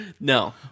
No